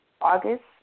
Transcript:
August